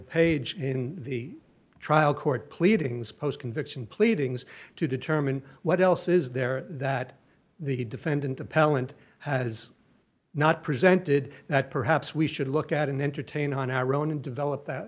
page in the trial court pleadings post conviction pleadings to determine what else is there that the defendant appellant has not presented that perhaps we should look at an entertainer on our own and develop